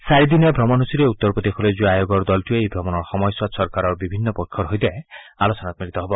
চাৰিদিনীয়া ভ্ৰমণসূচীৰে উত্তৰ প্ৰদেশলৈ যোৱা আয়োগৰ দলটোৱে এই ভ্ৰমণৰ সময়ছোৱাত চৰকাৰৰ বিভিন্ন পক্ষৰ সৈতে আলোচনাত মিলিত হ'ব